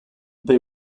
they